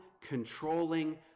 controlling